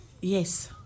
Yes